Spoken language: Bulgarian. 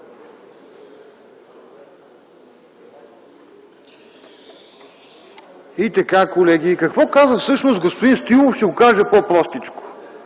И така, колеги, какво казва всъщност господин Стоилов ще го кажа по-простичко.